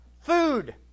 Food